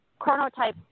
chronotype